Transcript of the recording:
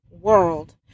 world